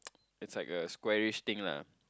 it's like a squarish thing lah